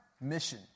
mission